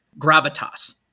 gravitas